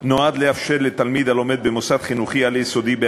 נועד לאפשר לתלמיד הלומד במוסד חינוכי על-יסודי,